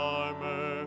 armor